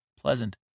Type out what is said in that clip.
pleasant